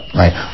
right